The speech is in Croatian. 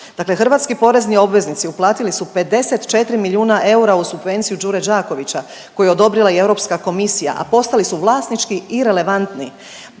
Dakle, hrvatski porezni obveznici uplatili su 54 milijuna eura u subvenciju Đure Đakovića koje je odobrila i Europska komisija, a postali su vlasnički irelevantni.